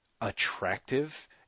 attractive